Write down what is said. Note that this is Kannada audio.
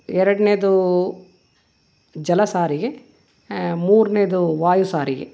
ಎರಡನೇದೂ ಜಲ ಸಾರಿಗೆ ಮೂರನೇದು ವಾಯು ಸಾರಿಗೆ